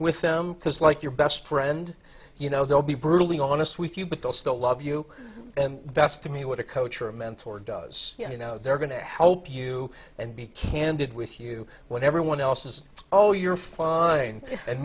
with them because like your best friend you know they'll be brutally honest with you but they'll still love you and that's to me what a coach or a mentor does you know they're going to help you and be candid with you when everyone else is oh you're fine and